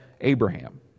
Abraham